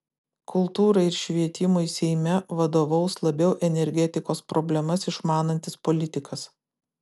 kultūrai ir švietimui seime vadovaus labiau energetikos problemas išmanantis politikas